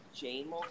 James